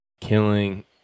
killing